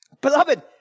Beloved